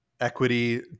equity